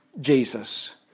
Jesus